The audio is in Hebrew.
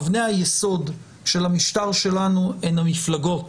אבני היסוד של המשטר שלנו הן המפלגות